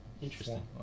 Interesting